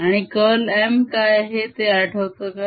आणि curl M काय आहे ते आठवते का